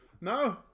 No